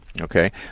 Okay